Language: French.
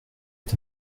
est